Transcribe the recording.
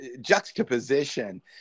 juxtaposition